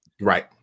Right